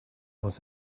was